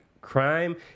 crime